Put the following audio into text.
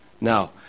Now